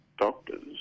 doctors